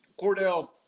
Cordell